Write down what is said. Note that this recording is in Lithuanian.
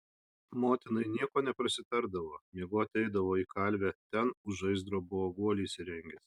motinai nieko neprasitardavo miegoti eidavo į kalvę ten už žaizdro buvo guolį įsirengęs